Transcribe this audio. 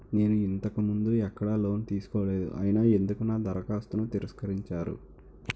నేను ఇంతకు ముందు ఎక్కడ లోన్ తీసుకోలేదు అయినా ఎందుకు నా దరఖాస్తును తిరస్కరించారు?